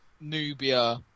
Nubia